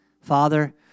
Father